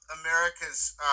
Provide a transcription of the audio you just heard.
America's